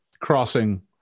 crossing